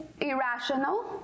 irrational